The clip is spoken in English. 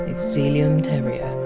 and sealyham terrier.